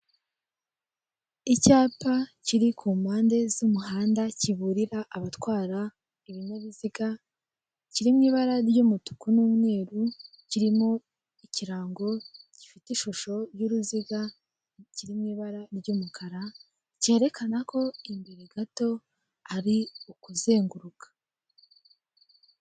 Icyapa kiri ku mpande z'umuhanda, kiburira abatwara ibinyabiziga, kiri mu ibara ry'umutuku n'umweru, kirimo ikirango gifite ishusho y'uruziga, kiri mu ibara ry'umukara, cyerekana ko imbere gato ari ukuzenguruka.